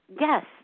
yes